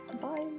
Bye